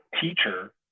teacher